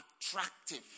attractive